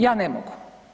Ja ne mogu.